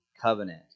covenant